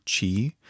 Chi